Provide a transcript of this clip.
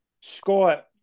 Scott